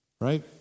Right